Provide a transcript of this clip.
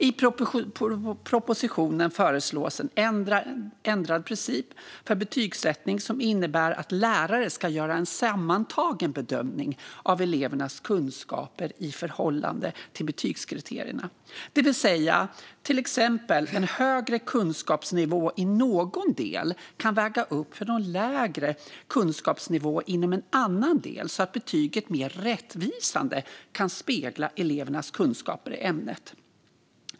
I propositionen föreslås en ändrad princip för betygsättning som innebär att lärare ska göra en sammantagen bedömning av elevernas kunskaper i förhållande till betygskriterierna, det vill säga att till exempel en högre kunskapsnivå i någon del kan väga upp för en lägre kunskapsnivå i en annan del, så att betyget mer rättvisande kan spegla elevernas kunskaper i ämnet.